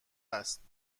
است